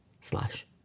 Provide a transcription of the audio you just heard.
slash